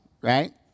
right